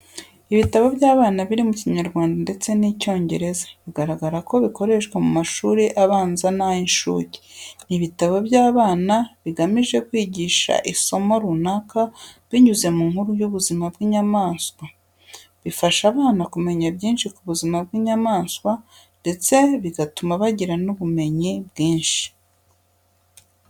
Ibitabo by’abana, biri mu Kinyarwanda ndetse n’Icyongereza, bigaragara ko bikoreshwa mu mashuri abanza n'ayincuke. Ni ibtabo by’abana bigamije kwigisha isomo runaka binyuze mu nkuru y’ubuzima bw’inyamaswa. Bifasha abana kumenya byinshi ku buzima bw'inyamanswa ndetse bigatuma bagira n'ubumenyi bwinshi.